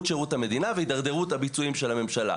שירות המדיה והתדרדרות הביצועים של הממשלה.